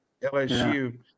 LSU